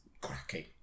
cracking